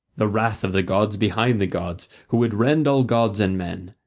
the wrath of the gods behind the gods who would rend all gods and men,